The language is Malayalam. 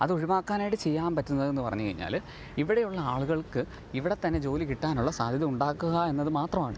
അതൊഴിവാക്കാനായിട്ടു ചെയ്യുക പറ്റുന്നതെന്നു പറഞ്ഞു കഴിഞ്ഞാൽ ഇവിടെ ഉള്ള ആളുകൾക്ക് ഇവിടെ തന്നെ ജോലി കിട്ടാനുള്ള സാദ്ധ്യത ഉണ്ടാക്കുക എന്നതു മാത്രമാണ്